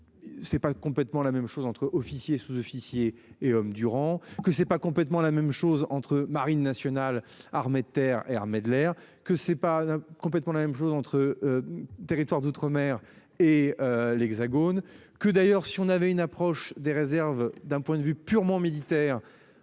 C'est pas complètement la même chose entre officiers sous-officiers et hommes du rang. Que c'est pas complètement la même chose entre Marine nationale Ahmed Terre et armée de l'air que c'est pas complètement la même chose entre. Territoires d'outre-mer et l'Hexagone que d'ailleurs si on avait une approche des réserves d'un point de vue purement militaire.